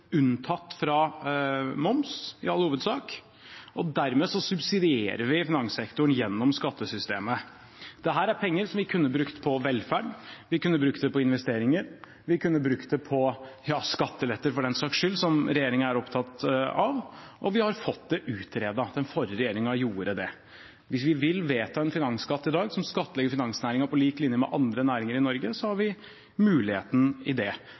i all hovedsak unntatt fra moms. Dermed subsidierer man finanssektoren gjennom skattesystemet. Dette er penger man kunne brukt på velferd, man kunne brukt dem på investeringer, man kunne for den saks skyld brukt dem på skatteletter – som regjeringen er opptatt av. Vi har fått det utredet. Den forrige regjeringen gjorde det. Hvis vi i dag vil vedta en finansskatt som skattlegger finansnæringen på lik linje med andre næringer i Norge, har vi muligheten til det.